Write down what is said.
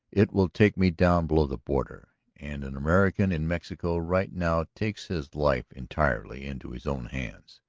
it will take me down below the border, and an american in mexico right now takes his life entirely into his own hands.